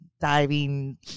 diving